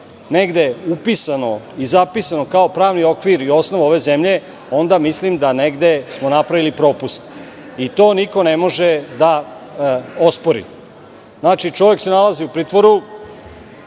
negde upisano i zapisano kao pravni okvir i osnov ove zemlje, onda mislim da smo negde napravili propust i to niko ne može da ospori. Znači, čovek se nalazi u pritvoru